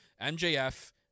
MJF